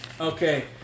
Okay